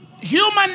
human